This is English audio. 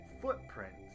footprints